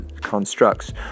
constructs